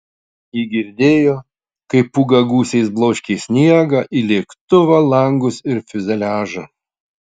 ji girdėjo kaip pūga gūsiais bloškė sniegą į lėktuvo langus ir fiuzeliažą